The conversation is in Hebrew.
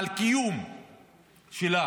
על הקיום שלה.